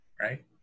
right